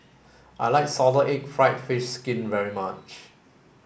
I like salted egg fried fish skin very much